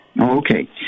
Okay